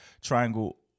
triangle